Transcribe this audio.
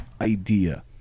idea